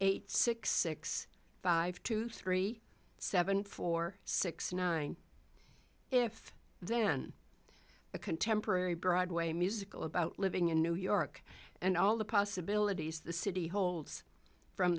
eight six six five two three seven four six nine if then a contemporary broadway musical about living in new york and all the possibilities the city holds from